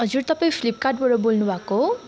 हजुर तपाईँ फ्लिपकार्टबाट बोल्नुभएको हो